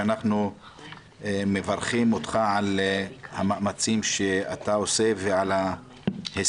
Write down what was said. שאנחנו מברכים אותך על המאמצים שאתה עושה ועל ההישג.